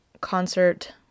concert